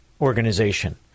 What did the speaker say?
organization